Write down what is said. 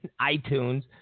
iTunes